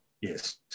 Yes